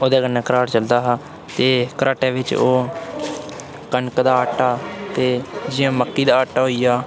ओह्दे कन्नै घराट चलदा हा ते घराटै बिच्च ओह् कनक दा आटा ते जियां मक्की दा आटा होई गेआ